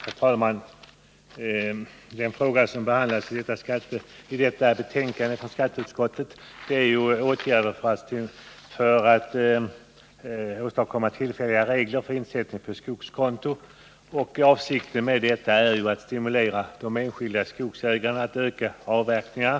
Herr talman! Den fråga som behandlas i skatteutskottets betänkande 58 gäller åtgärder för att åstadkomma tillfälliga regler för insättning på skogskonton. Avsikten med åtgärden är att stimulera enskilda skogsägare till ökade avverkningar.